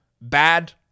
bad